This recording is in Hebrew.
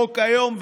חוק איום ונורא,